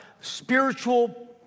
spiritual